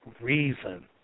reason